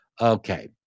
okay